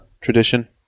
tradition